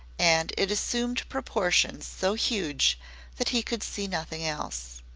and it assumed proportions so huge that he could see nothing else.